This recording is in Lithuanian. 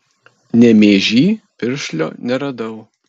nemėžy piršlio neradau